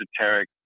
esoteric